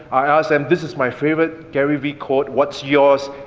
i asked them, this is my favorite gary vee quote, what's yours,